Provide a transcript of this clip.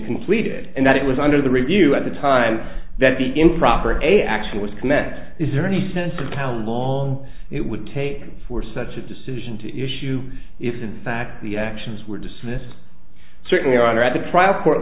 completed and that it was under the review at the time that the improper a actually was commenced is there any sense of how long it would take for such a decision to issue if in fact the actions were dismissed certainly on or at the trial court